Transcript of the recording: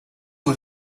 was